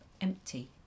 empty